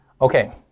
Okay